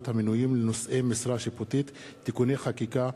המינויים לנושאי משרה שיפוטית (תיקוני חקיקה),